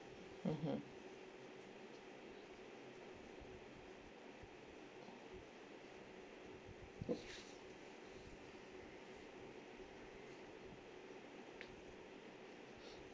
mmhmm